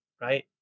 right